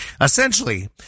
Essentially